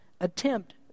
attempt